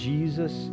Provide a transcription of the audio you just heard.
Jesus